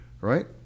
right